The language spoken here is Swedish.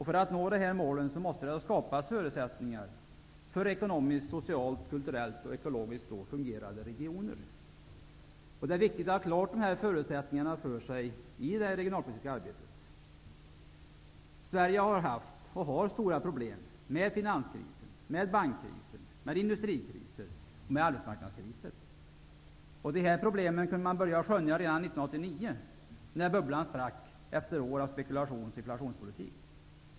För att vi skall nå de målen måste det skapas förutsättningar för ekonomiskt, socialt, kulturellt och ekologiskt fungerande regioner. Det är viktigt att ha dessa förutsättningar klara för sig i det regionalpolitiska arbetet. Sverige har haft och har stora problem -- med finanskriser, bankkriser, industrikriser och arbetsmarknadskriser. De här problemen kunde man börja skönja redan 1989, när bubblan sprack efter år av spekulations och inflationspolitik.